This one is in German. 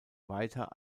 weiter